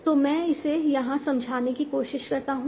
तो मैं इसे यहाँ समझाने की कोशिश करता हूँ